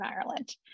Ireland